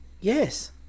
yes